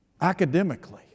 Academically